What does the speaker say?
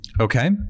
Okay